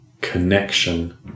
connection